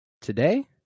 Today